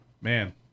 Man